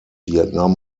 vietnam